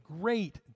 great